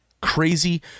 crazy